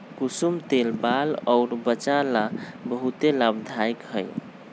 कुसुम तेल बाल अउर वचा ला बहुते लाभदायक हई